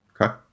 okay